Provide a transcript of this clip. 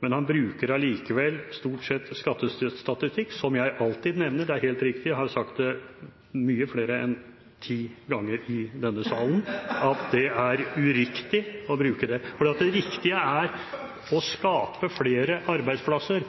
men han bruker allikevel stort sett skattestatistikk, som jeg alltid nevner – det er helt riktig. Jeg har sagt det mange flere enn ti ganger i denne salen at det er uriktig å bruke det! Det riktige er å skape flere arbeidsplasser.